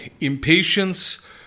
impatience